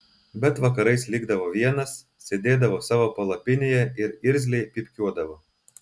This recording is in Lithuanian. bet vakarais likdavo vienas sėdėdavo savo palapinėje ir irzliai pypkiuodavo